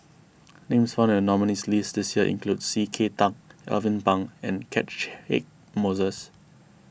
names found in the nominees' list this year include C K Tang Alvin Pang and Catchick Moses